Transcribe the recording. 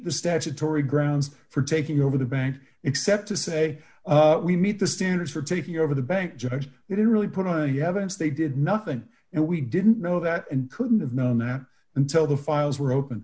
the statutory grounds for taking over the bank except to say we meet the standards for taking over the bank judge we don't really put oh you haven't they did nothing and we didn't know that and couldn't have known that until the files were open